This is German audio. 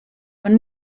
man